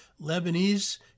Lebanese